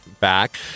back